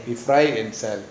you fried and sell